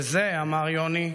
זה, אמר יוני,